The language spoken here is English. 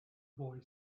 boy